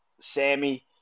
Sammy